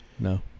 No